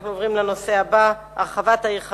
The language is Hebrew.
אנחנו עוברים לנושא הבא: התוכנית להרחבת העיר חריש,